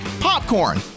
popcorn